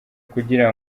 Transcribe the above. kugira